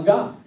God